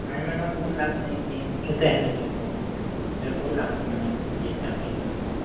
ନାଇଁ ମ୍ୟାଡ଼ାମ୍ ଭଲ ଲାଗୁନି ଏଇଠି କେତେ ହେଲେ ରହିବୁ ଏବେ ଭଲ ଲାଗୁଛି ମ୍ୟାଡ଼ାମ୍ ଡିସ୍ଚାର୍ଜ ଦେଇ ଦିଅନ୍ତୁ